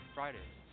Fridays